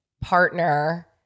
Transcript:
partner